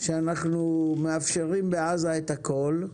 שאנחנו מאפשרים בעזה את הכול,